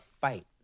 fight